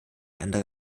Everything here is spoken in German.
andere